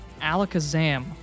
Alakazam